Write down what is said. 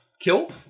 kill